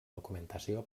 documentació